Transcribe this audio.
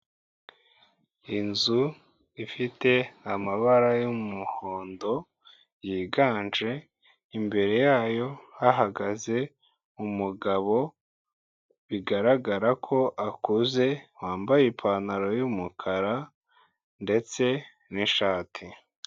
Inzu ifite amabara y'umuhondo yiganje. Imbere yayo hahagaze umugabo bigaragara ko akuze, wambaye ipantaro y'umukara ndetse n'ishati.